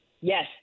Yes